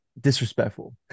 disrespectful